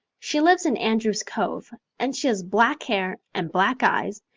she lives in andrews' cove and she has black hair and black eyes,